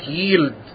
yield